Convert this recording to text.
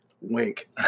Wink